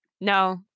no